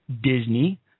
Disney